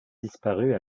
disparut